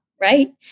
right